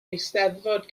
eisteddfod